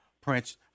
Prince